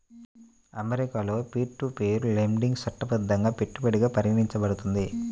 అమెరికాలో peer to peer lending చట్టబద్ధంగా పెట్టుబడిగా పరిగణించబడుతుంది